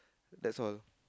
that's all